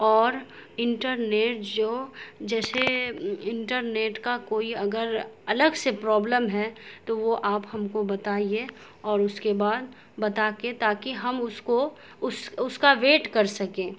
اور انٹرنیٹ جو جیسے انٹرنیٹ کا کوئی اگر الگ سے پرابلم ہے تو وہ آپ ہم کو بتائیے اور اس کے بعد بتا کے تاکہ ہم اس کو اس اس کا ویٹ کر سکیں